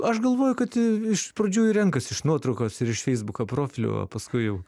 aš galvoju kad i iš pradžių ir renkas iš nuotraukos ir iš feisbuko profilio o paskui jau